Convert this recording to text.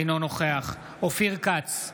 אינו נוכח אופיר כץ,